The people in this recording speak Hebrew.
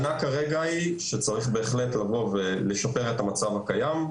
צריך לשפר את המצב הקיים,